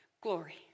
glory